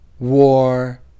War